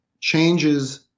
changes